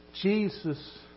Jesus